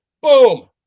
Boom